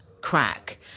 crack